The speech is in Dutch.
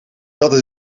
dat